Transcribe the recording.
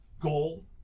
goal